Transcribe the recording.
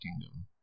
Kingdom